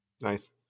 Nice